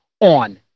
on